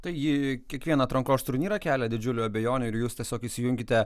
tai ji kiekvieną atrankos turnyrą kelia didžiulių abejonių ir jūs tiesiog įsijunkite